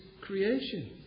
creation